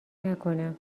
نکنم